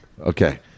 Okay